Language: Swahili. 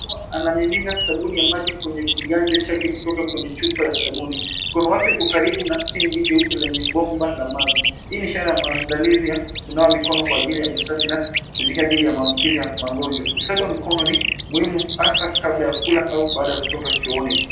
Mtu akiwa anamimina sabuni ya maji kwenye kiganja chake kutoka kwenye chupa ya sabuni. Mkono wake uko karibu na sinki, jeupe lenye bomba la maji, hii ni ishara ya maandalizi ya kunawa mikono, kwa ajili ya usafi na, kujikinga dhidi ya maambukizi ya magonjwa. Usafi wa mikono ni muhimu hasa kabla ya kula, au baada ya kutoka chooni.